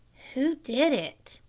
who did it?